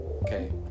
okay